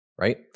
right